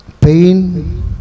pain